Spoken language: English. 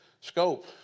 scope